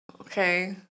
Okay